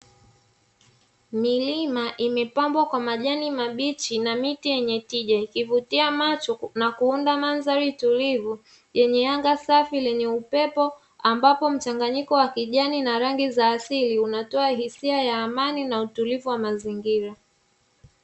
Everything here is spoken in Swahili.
Milima imepambwa Kwa majani mabichi na miti yenye tija ikivutia macho na kuunda mandhari tulivu, yenye anga safi lenye upepo ambapo mchanganyiko wa rangi kijana za asili inatoa hisia ya amani na utulivu wa mazingira.